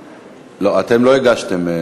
לא, אתם לא הגשתם.